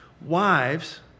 Wives